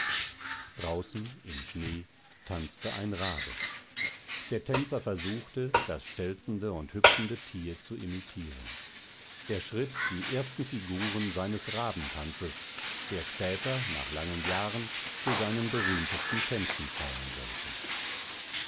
draußen im schnee tanzte ein rabe der tänzer versuchte das stelzende und hüpfende tier zu imitieren er schritt die ersten figuren seines rabentanzes der später nach langen jahren zu seinen berühmtesten tänzen zählen sollte